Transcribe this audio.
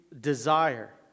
desire